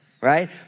Right